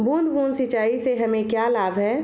बूंद बूंद सिंचाई से हमें क्या लाभ है?